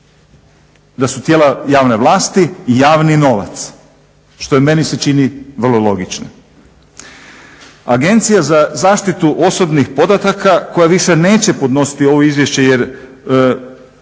da su tijela javne vlasti javni novac, što je meni se čini vrlo logično. Agencija za zaštitu osobnih podataka koja više neće podnositi ovo izvješće jer